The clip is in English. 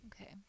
Okay